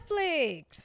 Netflix